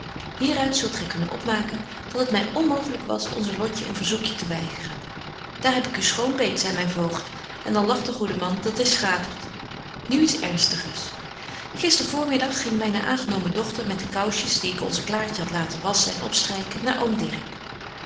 uit zult gy kunnen opmaken dat het my onmooglyk was onze lotje een verzoekje te weigeren daar heb ik u schoon betje wolff en aagje deken historie van mejuffrouw sara burgerhart beet zeit myn voogd en dan lacht de goede man dat hy schatert nu iets ernstigers gister voormiddag ging myne aangenomen dochter met de kousjes die ik onze klaartje hadt laten wasschen en opstryken naar